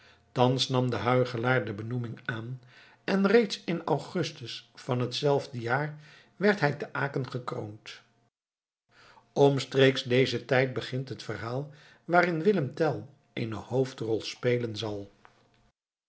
thans nam de huichelaar de benoeming aan en reeds in augustus van hetzelfde jaar werd hij te aken gekroond omstreeks dezen tijd begint het verhaal waarin willem tell eene hoofdrol spelen zal